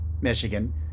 Michigan